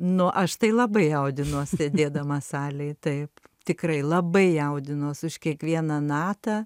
nu aš tai labai jaudinuos sėdėdama salėj taip tikrai labai jaudinuos už kiekvieną natą